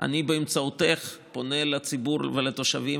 אני באמצעותך פונה לציבור ולתושבים,